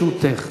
הקואליציה,